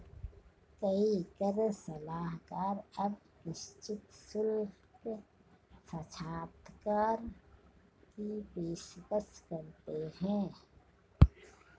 कई कर सलाहकार अब निश्चित शुल्क साक्षात्कार की पेशकश करते हैं